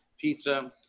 pizza